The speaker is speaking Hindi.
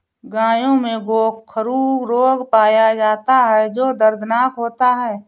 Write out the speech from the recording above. गायों में गोखरू रोग पाया जाता है जो दर्दनाक होता है